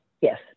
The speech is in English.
Yes